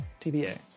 tba